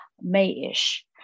May-ish